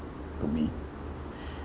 to me